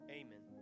amen